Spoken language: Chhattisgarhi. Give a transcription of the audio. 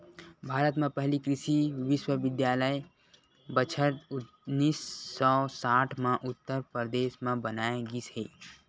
भारत म पहिली कृषि बिस्वबिद्यालय बछर उन्नीस सौ साठ म उत्तर परदेस म बनाए गिस हे